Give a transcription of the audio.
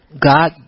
God